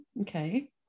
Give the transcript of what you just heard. Okay